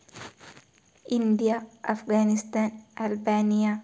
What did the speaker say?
India Afghanistan Albania